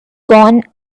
gone